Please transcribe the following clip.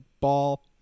ball